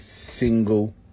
single